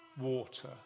water